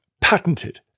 Patented